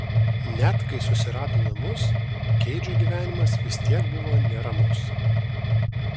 net kai susirado namus keidžo gyvenimas vis tiek buvo neramus